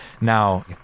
now